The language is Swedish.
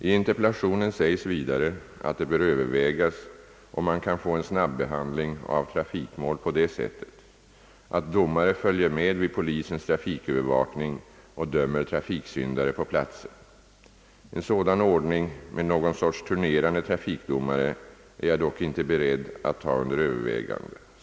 I interpellationen sägs vidare att det bör övervägas om man kan få en snabbehandling av trafikmål på det sättet att domare följer med vid polisens trafikövervakning och dömer trafiksyndare på platsen. En sådan ordning med någon sorts turnerande trafikdomare är jag dock inte beredd att ta under övervägande.